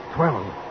Twelve